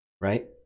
Right